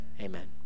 Amen